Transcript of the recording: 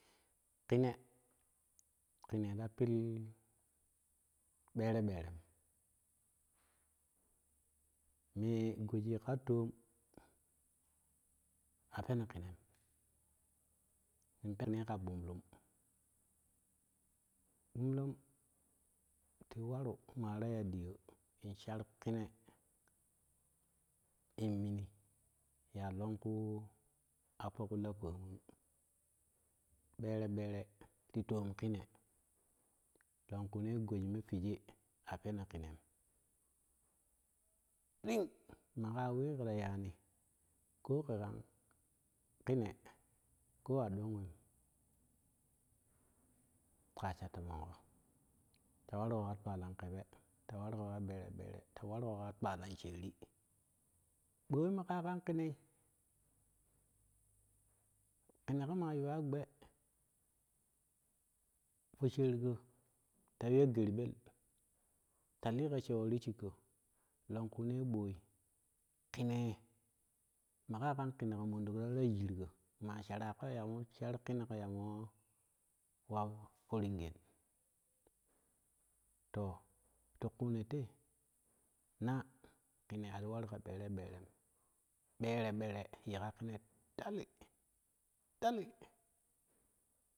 Kine kine ta pill bere- berem ne goji ka toom a pene kenem mun peena ka ɓumlum ɓumlum ti waru maa ta ya ɗiyo in shar kene ya longku appo po lapomun bere bere ti toom kene longku ne goji me fiji a pene kenen ɗing maka wee keta yaani ko kegan kene ko adoo weem ka sha toomon go ta waru go ka twalan kebe ta wargo ka bere bere ta wargo ka twalan sheeri ɓoi kaga kan kenei kene go maa yuwa gbe posheerigo ta yiu ya gerɓei ya lii go shewo ti shigko longkune ɓoi kene ye maga maa kan kenego monɗola tara jirgo maa sharago ya moo shar kenego ya moo wa foringen to tithuuno te na kine ari war ka bere beren bere bere yeka kenee tali tali.